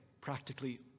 practically